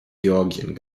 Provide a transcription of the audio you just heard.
georgien